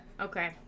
Okay